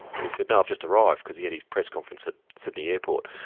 and he said, no, i've just arrived because he had his press conference at sydney airport.